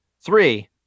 three